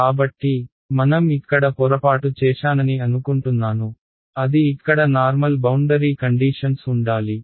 కాబట్టి మనం ఇక్కడ పొరపాటు చేశానని అనుకుంటున్నాను అది ఇక్కడ నార్మల్ బౌండరీ కండీషన్స్ ఉండాలి